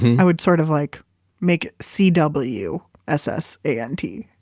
i would sort of like make it c w s s a n t